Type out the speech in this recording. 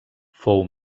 fou